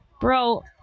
bro